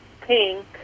pink